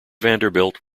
vanderbilt